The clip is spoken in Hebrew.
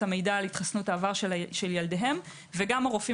לראות את המידע על המידע על התחסנות העבר של ילדיהם וגם הרופאים